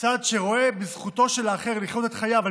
צד שרואה בזכותו של האחר לחיות את חייו על